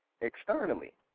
externally